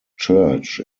church